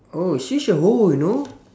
oh she's a hoe you know